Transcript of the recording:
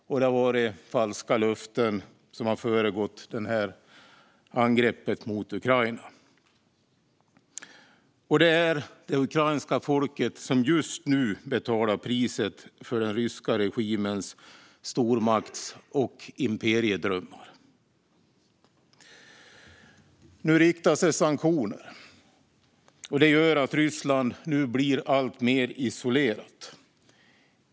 Och det har varit falska löften som har föregått angreppet mot Ukraina. Det är det ukrainska folket som just nu betalar priset för den ryska regimens stormakts och imperiedrömmar. Nu riktas sanktioner, och det gör att Ryssland nu blir alltmer isolerat.